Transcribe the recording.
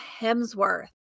Hemsworth